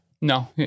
No